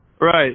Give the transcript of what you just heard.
Right